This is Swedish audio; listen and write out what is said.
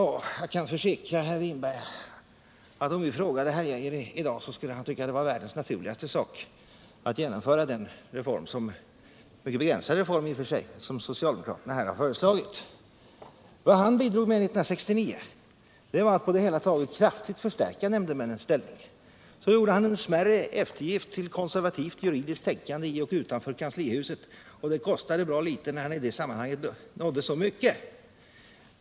Jag kan försäkra herr Winberg att om vi frågade herr Geijer i dag så skulle han tycka att det vore den naturligaste sak i världen att genomföra den mycket begränsade reform som socialdemokraterna här föreslagit. Vad Lennart Geijer bidrog med 1969 var att han på det hela taget kraftigt förstärkte nämndemännens ställning. Han gjorde emellertid en smärre eftergift åt konservativt juridiskt tänkande i och utanför kanslihuset. Det kostade bra litet när han i det sammanhanget ändå nådde så långt.